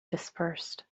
dispersed